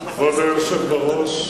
כבוד היושב בראש,